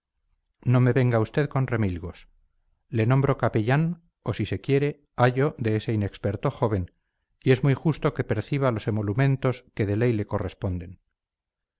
no me venga usted con remilgos le nombro capellán o si se quiere ayo de ese inexperto joven y es muy justo que perciba los emolumentos que de ley le corresponden